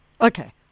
Okay